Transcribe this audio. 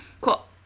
Cool